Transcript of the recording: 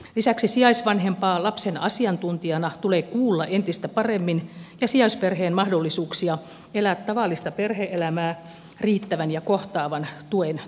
lisäksi sijaisvanhempaa lapsen asiantuntijana tulee kuulla entistä paremmin ja parantaa sijaisperheen mahdollisuuksia elää tavallista perhe elämää riittävän ja kohtaavan tuen turvin